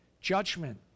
judgment